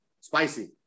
Spicy